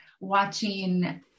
watching